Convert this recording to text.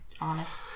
honest